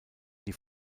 die